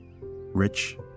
Rich